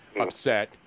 upset